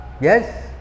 Yes